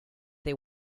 they